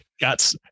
got